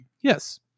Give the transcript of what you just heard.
Yes